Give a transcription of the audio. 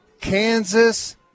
Kansas